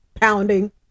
pounding